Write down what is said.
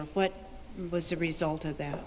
or what was the result of that